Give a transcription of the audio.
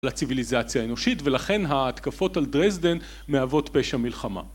לציוויליזציה האנושית ולכן ההתקפות על דרזדן מהוות פשע מלחמה